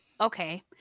okay